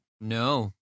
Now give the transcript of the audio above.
No